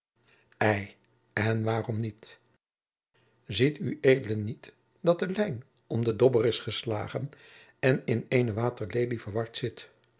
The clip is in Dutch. ei en waarom niet ziet ued niet dat de lijn om den dobber is geslagen en in eene waterlelie verward zit